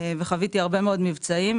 וחוויתי הרבה מאוד מבצעים.